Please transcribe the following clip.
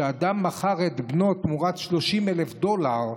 שאדם מכר את בנו תמורת 30,000 דולר,